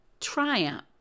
triumph